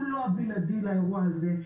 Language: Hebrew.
הוא לא בלעדי לאירוע הזה,